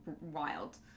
wild